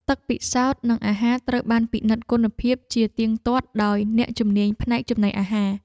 ទឹកពិសោធន៍និងអាហារត្រូវបានពិនិត្យគុណភាពជាទៀងទាត់ដោយអ្នកជំនាញផ្នែកចំណីអាហារ។